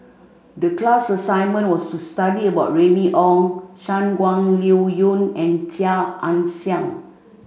the class assignment was to study about Remy Ong Shangguan Liuyun and Chia Ann Siang